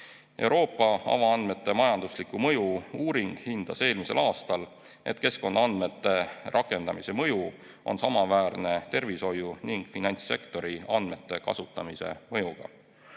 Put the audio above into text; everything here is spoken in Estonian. Euroopa avaandmete majandusliku mõju uuring hindas eelmisel aastal, et keskkonnaandmete rakendamise mõju on samaväärne tervishoiu ning finantssektori andmete kasutamise mõjuga.